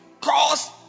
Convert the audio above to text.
cause